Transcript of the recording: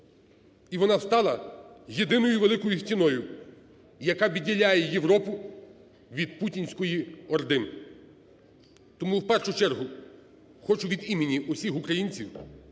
і вона стала єдиною великою стіною, яка виділяє Європу від путінської орди. Тому в першу чергу хочу від імені всіх українців